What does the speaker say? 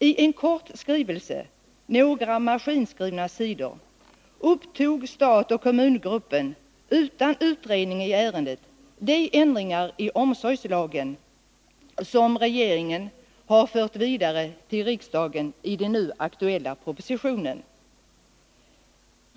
I en kort skrivelse — några maskinskrivna sidor — upptog stat-kommungruppen utan utredning i ärendet de ändringar i omsorgslagen som regeringen har fört vidare till riksdagen i den nu aktuella propositionen.